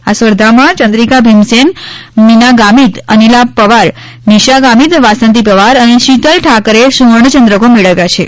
આ સ્પર્ધામાં ચંદ્રિકા ભીમસેન મીના ગામીત અનીલા પવાર નીશા ગામીત વાસન્તી પવાર અને શીતલ ઠાકરેએ સુવર્ણચંદ્રકો મેળવ્યા છે